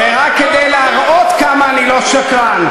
ורק כדי להראות כמה אני לא שקרן,